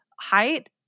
height